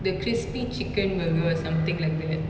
the crispy chicken burger or something like that